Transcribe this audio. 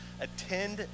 attend